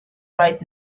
right